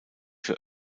für